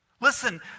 Listen